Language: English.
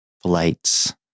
flights